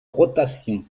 rotation